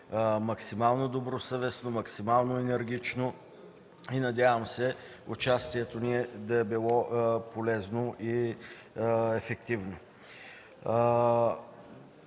максимално добросъвестно, максимално енергично. Надявам се участието ни да е било полезно и ефективно.